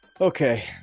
okay